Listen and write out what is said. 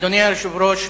אדוני היושב-ראש,